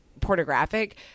pornographic